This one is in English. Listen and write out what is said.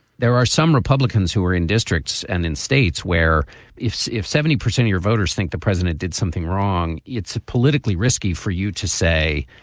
there are some republicans who are in districts and in states where if if seventy percent your voters think the president did something wrong, it's politically risky for you to say,